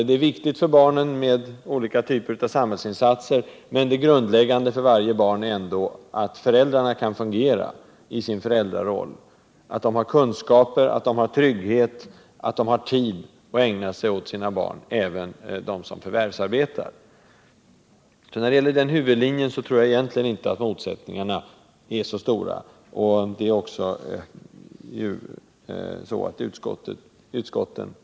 Det är viktigt för barnen med olika typer av samhällsinsatser, men det grundläggande för varje barn är ändå att föräldrarna kan fungera i sin föräldraroll —-att de har kunskaper, att de har trygghet och att de har tid att ägna sig åt sina barn, även om de förvärvsarbetar. När det gäller den huvudlinjen tror jag alltså inte att motsättningarna är så stora.